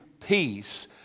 peace